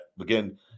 again